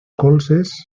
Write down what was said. colzes